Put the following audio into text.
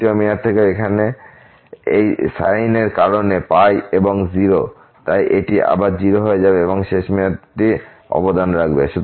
দ্বিতীয় মেয়াদ থেকেও এখানে এই সাইন এর কারণে এবং 0 তাই এটি আবার 0 হয়ে যাবে এবং শেষ মেয়াদটি অবদান রাখবে